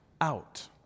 out